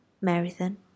marathon